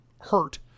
hurt